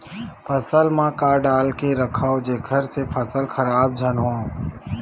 फसल म का डाल के रखव जेखर से फसल खराब झन हो?